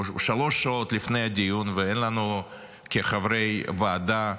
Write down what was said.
או שלוש שעות, לפני הדיון, ואין לנו כחברי ועדה,